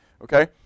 okay